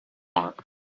that